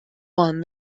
one